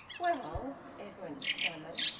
well edwin stammered.